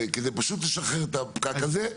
כדי פשוט לשחרר את הפקק הזה.